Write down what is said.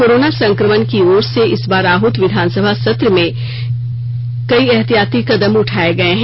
corona संकमण की ओर से इस बार आहूत विधानसभा सत्र में कई एहतियाती कदम उठाये गये है